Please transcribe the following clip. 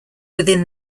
within